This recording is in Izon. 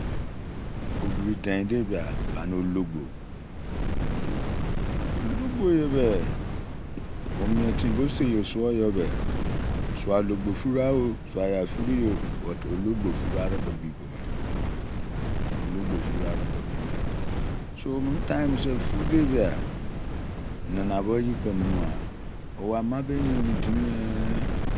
Obri dein de bia, ani ologbo. Ologbo ye be, o mien timi bo sei o suo yo be. Zua ologbo furugha o. Zua yai furu yi o, but ologbo furu-ari ki bi bo me. Ologbo furu-ari ki bi bo me. Ologbo furu ari ki bi me so, omini tain mini se, furu de bia, nanabo eyi kpo numugha. O ama be yerin timi ne